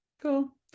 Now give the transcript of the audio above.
Cool